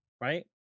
Right